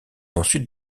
ensuite